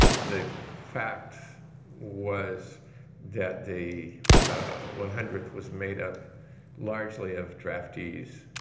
the fact was that the one hundredth was made up largely of draftees,